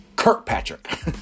Kirkpatrick